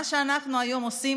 מה שאנחנו היום עושים,